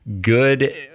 good